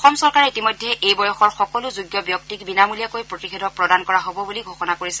অসম চৰকাৰে ইতিমধ্যে এই বয়সৰ সকলো যোগ্য ব্যক্তিক বিানমূলীয়াকৈ প্ৰতিষেধক প্ৰদান কৰা হ'ব বুলি ঘোষণা কৰিছে